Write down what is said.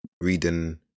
reading